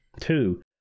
Two